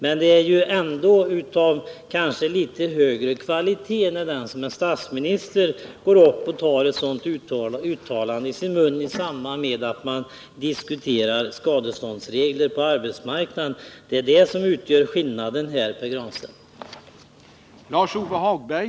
Men det är kanske ändå fråga om litet högre kvalitet när statsministern tar ett sådant uttalande i sin mun i samband med att man diskuterar skadeståndsregler på arbetsmarknaden. Det är det som är skillnaden, Pär Granstedt.